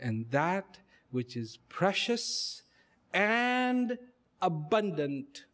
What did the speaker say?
and that which is precious and abundant